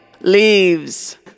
leaves